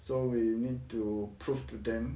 so we need to prove to them